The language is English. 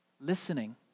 listening